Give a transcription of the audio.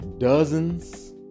Dozens